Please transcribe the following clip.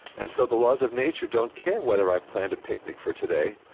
and so the laws of nature don't care whether i planned a picnic for today,